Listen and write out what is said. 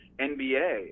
NBA